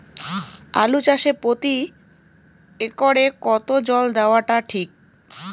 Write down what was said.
আলু চাষে প্রতি একরে কতো জল দেওয়া টা ঠিক?